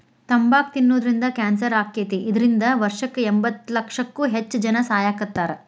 ತಂಬಾಕ್ ತಿನ್ನೋದ್ರಿಂದ ಕ್ಯಾನ್ಸರ್ ಆಕ್ಕೇತಿ, ಇದ್ರಿಂದ ವರ್ಷಕ್ಕ ಎಂಬತ್ತಲಕ್ಷಕ್ಕೂ ಹೆಚ್ಚ್ ಜನಾ ಸಾಯಾಕತ್ತಾರ